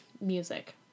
music